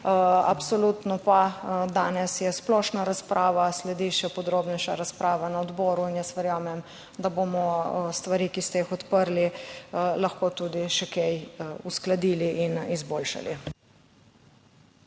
Absolutno pa je danes splošna razprava, sledi še podrobnejša razprava na odboru. Verjamem, da bomo stvari, ki ste jih odprli, lahko tudi še kaj uskladili in izboljšali.